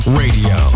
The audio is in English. radio